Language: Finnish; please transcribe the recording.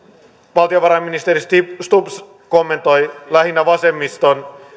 valtiovarainministeri stubb stubb kommentoi vasemmiston